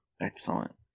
Excellent